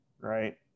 right